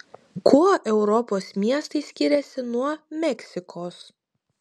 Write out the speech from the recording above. kuo europos miestai skiriasi nuo meksikos